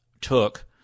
took